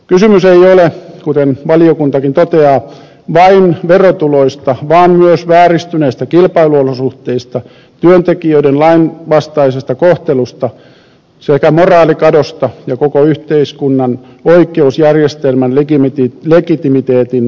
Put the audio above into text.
kysymys ei ole kuten valiokuntakin toteaa vain verotuloista vaan myös vääristyneistä kilpailuolosuhteista työntekijöiden lainvastaisesta kohtelusta sekä moraalikadosta ja koko yhteiskunnan oikeusjärjestelmän legitimiteetin heikkenemisestä